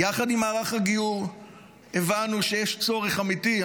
יחד עם מערך הגיור הבנו שיש צורך אמיתי.